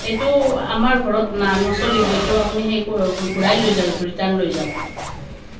এইটো আমাৰ ঘৰত নচলিব এইটো আপুনি ঘূৰাই লৈ যাওক ৰিটাৰ্ণ লৈ যাওক